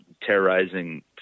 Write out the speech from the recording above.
terrorizing